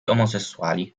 omosessuali